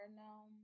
now